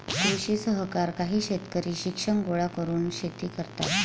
कृषी सहकार काही शेतकरी शिक्षण गोळा करून शेती करतात